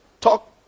talk